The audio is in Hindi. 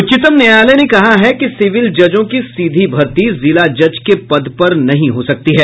उच्चतम न्यायालय ने कहा है कि सिविल जजों की सीधी भर्ती जिला जज के पद पर नहीं हो सकती है